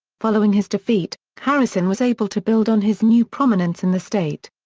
following his defeat, harrison was able to build on his new prominence in the state.